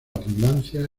abundancia